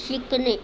शिकणे